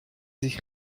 sich